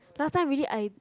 last time really I